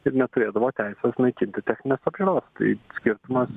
ir neturėdavo teisės naikinti techninės apžiūros tai skirtumas